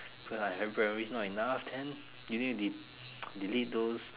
but like ample memory is not enough then you need to delete those